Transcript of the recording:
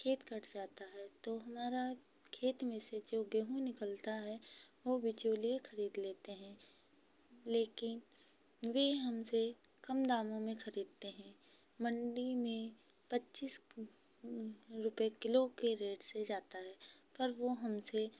खेत कट जाता है तो हमारा खेत में से जो गेहूँ निकलता है वो बिचौलिए खरीद लेते हैं लेकिन वे हमसे कम दामों में खरीदते हैं मंडी में पच्चीस रुपए किलो के रेट से जाता है पर वो हमसे